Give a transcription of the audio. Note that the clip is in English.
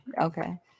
Okay